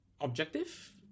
objective